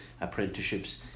apprenticeships